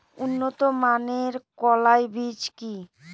উন্নত মানের কলাই বীজ কি?